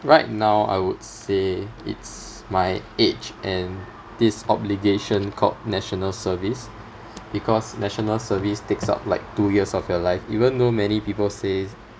right now I would say it's my age and this obligation called national service because national service takes up like two years of your life even though many people say